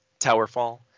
Towerfall